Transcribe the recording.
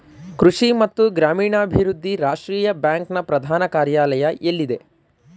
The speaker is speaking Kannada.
ಕೃಷಿ ಮತ್ತು ಗ್ರಾಮೀಣಾಭಿವೃದ್ಧಿ ರಾಷ್ಟ್ರೀಯ ಬ್ಯಾಂಕ್ ನ ಪ್ರಧಾನ ಕಾರ್ಯಾಲಯ ಎಲ್ಲಿದೆ?